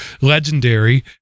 legendary